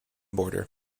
border